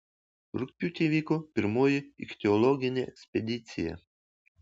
rugpjūtį įvyko pirmoji ichtiologinė ekspedicija